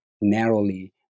narrowly